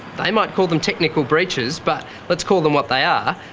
they might call them technical breaches, but let's call them what they are,